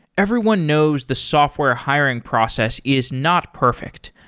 everyone knows the software hiring process is not perfect,